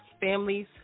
families